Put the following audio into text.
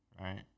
Right